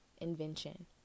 invention